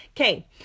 Okay